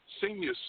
senior